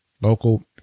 Local